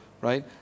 Right